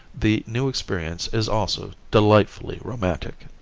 the new experience is also delightfully romantic.